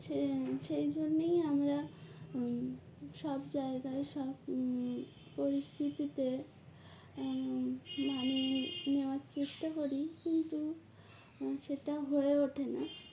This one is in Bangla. সে সেই জন্যেই আমরা সব জায়গায় সব পরিস্থিতিতে মানি নেওয়ার চেষ্টা করি কিন্তু সেটা হয়ে ওঠে না